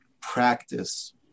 practice